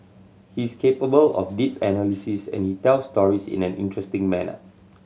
he's capable of deep analysis and he tells stories in an interesting manner